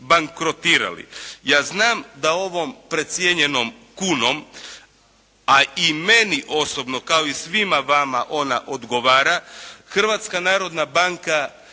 Ja znam da ovom precijenjenom kunom a i meni osobno kao i svima vama ona odgovara Hrvatska narodna banka